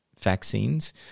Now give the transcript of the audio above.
vaccines